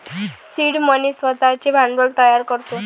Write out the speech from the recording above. seed money स्वतःचे भांडवल तयार करतो